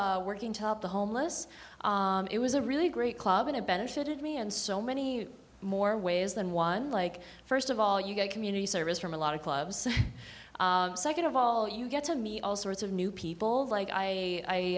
club working to help the homeless it was a really great club and it benefited me and so many more ways than one like first of all you get community service from a lot of clubs second of all you get to me all sorts of new people like i i